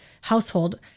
household